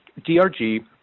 DRG